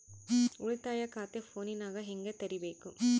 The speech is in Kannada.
ಉಳಿತಾಯ ಖಾತೆ ಫೋನಿನಾಗ ಹೆಂಗ ತೆರಿಬೇಕು?